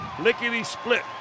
lickety-split